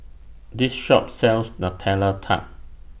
This Shop sells Nutella Tart